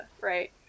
right